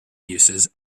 uses